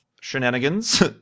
shenanigans